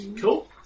Cool